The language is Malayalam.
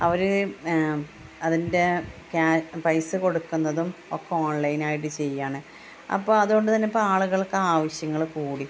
അവർ അതിൻ്റെ പൈസ കൊടുക്കുന്നതും ഒക്കെ ഓൺലൈൻ ആയിട്ട് ചെയ്യുകയാണ് അപ്പോൾ അതുകൊണ്ട് തന്നെ ഇപ്പോൾ ആളുകൾക്ക് ആവശ്യങ്ങൾ കൂടി